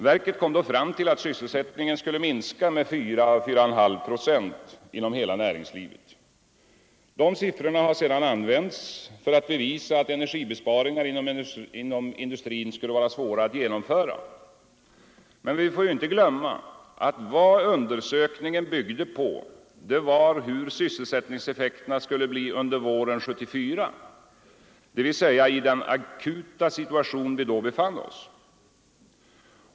Verket kom då fram till att sysselsättningen skulle minska med 4-4,5 procent inom hela näringslivet. Dessa siffror har sedan använts för att bevisa att energibesparingar inom industrin skulle vara svåra att genomföra. Men vi får inte glömma att det undersökningen byggde på var hur sysselsättningseffekterna skulle bli under våren 1974, dvs. i den akuta situation vi då befann oss.